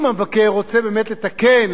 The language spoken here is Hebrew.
אם המבקר רוצה באמת לתקן,